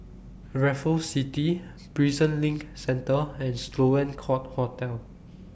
Raffles City Prison LINK Centre and Sloane Court Hotel